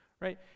right